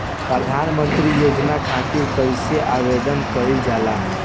प्रधानमंत्री योजना खातिर कइसे आवेदन कइल जाला?